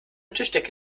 tischdecke